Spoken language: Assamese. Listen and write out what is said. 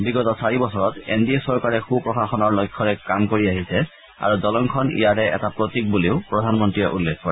বিগত চাৰি বছৰত এন ডি এ চৰকাৰে সু প্ৰশাসনৰ লক্ষ্যৰে কাম কৰি আহিছে আৰু দলংখন ইয়াৰে এটা প্ৰতীক বুলিও প্ৰধানমন্ত্ৰীয়ে উল্লেখ কৰে